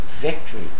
victory